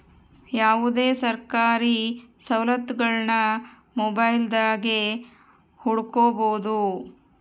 ಯಾವುದೇ ಸರ್ಕಾರಿ ಸವಲತ್ತುಗುಳ್ನ ಮೊಬೈಲ್ದಾಗೆ ಹುಡುಕಬೊದು